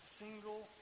single